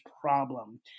problem